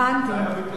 הבנתי.